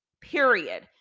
period